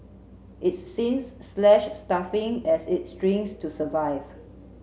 it's since slashed staffing as it shrinks to survive